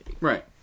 Right